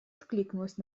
откликнулась